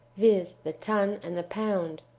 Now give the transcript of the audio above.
viz, the ton and the pound.